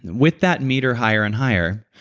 with that meter higher and higher,